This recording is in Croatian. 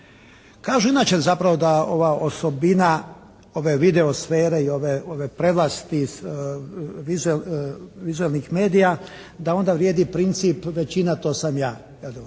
Kažu inače zapravo da ova osobina ove video-sfere i ove prevlasti vizuelnih medija da onda vrijedi princip "većina, to sam ja".